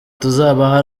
tuzabaha